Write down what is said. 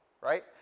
right